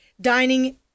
dining